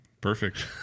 perfect